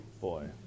boy